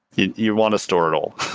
you you want to store it all.